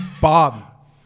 Bob